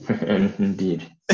Indeed